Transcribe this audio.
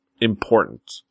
important